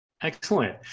Excellent